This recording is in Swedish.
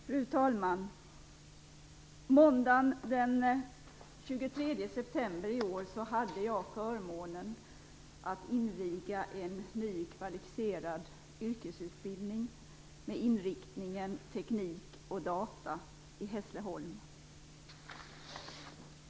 Fru talman! Måndagen den 23 september i år hade jag förmånen att inviga en ny, kvalificerad yrkesutbildning med inriktningen teknik och data i Hässleholm.